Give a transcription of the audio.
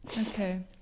Okay